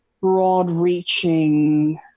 broad-reaching